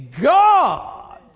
God